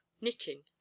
knitting